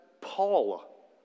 Paul